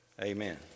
amen